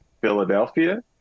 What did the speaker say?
Philadelphia